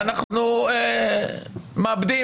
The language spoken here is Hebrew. אנחנו מאבדים,